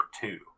two